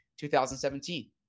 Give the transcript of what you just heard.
2017